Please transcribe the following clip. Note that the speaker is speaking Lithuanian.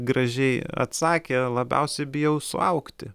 gražiai atsakė labiausiai bijau suaugti